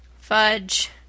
Fudge